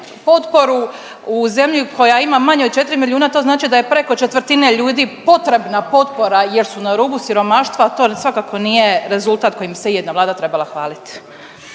potporu u zemlji koja ima manje od 4 milijuna, to znači da je preko četvrtine ljudi potrebna potpora jer su na rubu siromaštva, a to svakako nije rezultat kojim bi se jedna Vlada trebala hvaliti.